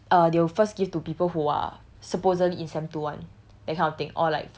uh they will first give to people who are supposedly in sem two [one]